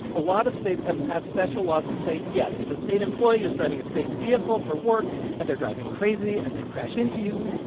a lot of states have passed special laws that say, yes, if a state employee is driving a state vehicle for work and they're driving crazy and they crash into you,